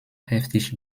heftig